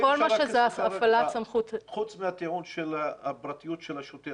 כל מה שזה הפעלת סמכות --- חוץ מהטיעון של הפרטיות של השוטר